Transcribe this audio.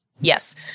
Yes